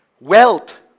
wealth